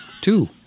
Two